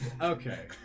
Okay